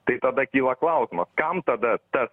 tai tada kyla klausimas kam tada tas